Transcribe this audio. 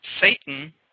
Satan